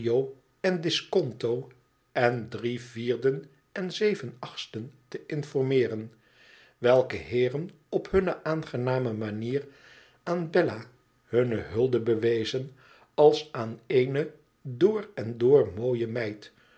en disconto en drie vierden en zeven achtsten te informeeren welke heeren op hunne aangename manier aan bellahunne hulde bewezen als aan eene door en door mooie meid